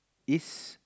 is